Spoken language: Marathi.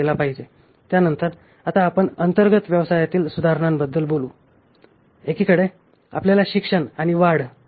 म्हणून आपण येथे आहोत लर्निंग आणि ग्रोथ यांच्या आधारावर अंतर्गत व्यवसाय प्रक्रियेत सुधारणा करू शकतो आणि नंतर ग्राहकांना समाधानी ठेऊ शकतो आणि एकंदरीत यामुळे संस्थेची फायनान्शियल ग्रोथ होईल